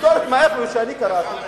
היסטורית, מאיפה שאני קראתי,